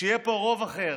כשיהיה פה רוב אחר